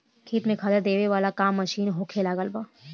खेत में खादर देबे वाला काम मशीन से होखे लागल बा